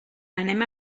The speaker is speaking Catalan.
anem